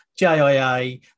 JIA